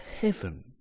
heaven